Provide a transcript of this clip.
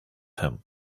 him